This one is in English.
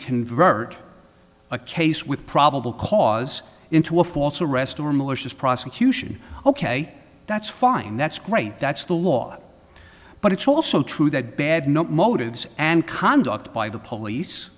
convert a case with probable cause into a false arrest or malicious prosecution ok that's fine that's great that's the law but it's also true that bad note motives and conduct by the police